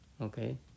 Okay